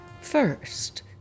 First